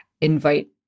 invite